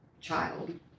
child